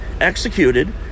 executed